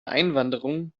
einwanderung